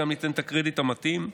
גם אתן את הקרדיט המתאים.